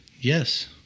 yes